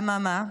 אממה,